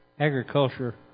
Agriculture